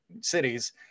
cities